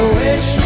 wish